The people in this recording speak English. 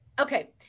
Okay